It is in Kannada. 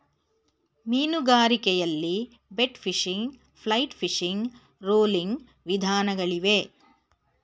ಮೀನುಗಾರಿಕೆಯಲ್ಲಿ bait fishing, flight fishing, rolling ವಿಧಾನಗಳಿಗವೆ